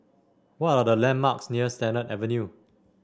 what are the landmarks near Sennett Avenue